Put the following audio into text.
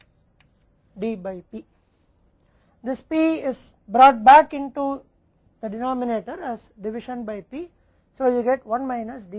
इसलिए इसे एक बार फिर से लिखा जाता है s Q 1 D P